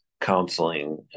counseling